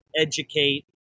educate